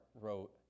wrote